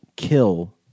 kill